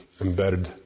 embedded